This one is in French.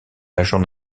l’agent